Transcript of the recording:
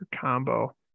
combo